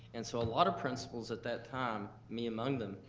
and so a lot of principles at that time, me among them,